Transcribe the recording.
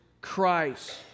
Christ